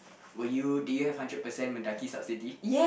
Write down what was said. were you did you have hundred percent Mendaki subsidy